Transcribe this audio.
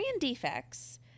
defects